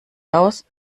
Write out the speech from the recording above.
aus